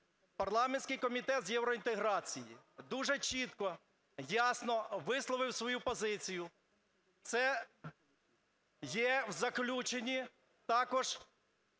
парламентський Комітет з євроінтеграції дуже чітко, ясно, висловив свою позицію. Це є в заключенні також